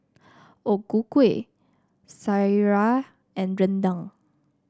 O Ku Kueh sireh and rendang